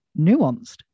nuanced